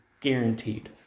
Guaranteed